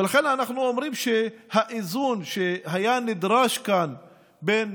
ולכן, אנחנו אומרים שהאיזון שנדרש כאן בין